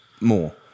More